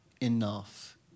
enough